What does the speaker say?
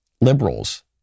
liberals